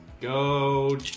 Go